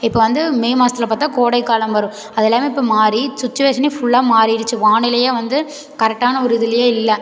இப்ப வந்து மே மாசத்தில் பார்த்தா கோடைக்காலம் வரும் அதெல்லாமே இப்போ மாறி சுச்சுவேஷனே ஃபுல்லா மாறிருச்சு வானிலையே வந்து கரெக்டான ஒரு இதுலேயே இல்லை